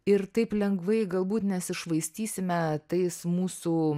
ir taip lengvai galbūt nesišvaistysime tais mūsų